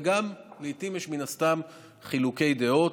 וגם לעיתים יש מן הסתם חילוקי דעות,